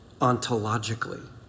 ontologically